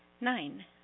Nine